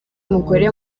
mugore